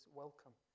welcome